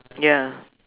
ya